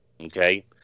okay